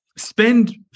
Spend